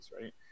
right